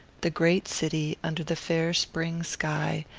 the great city, under the fair spring sky,